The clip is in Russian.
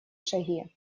шаги